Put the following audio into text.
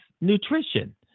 nutrition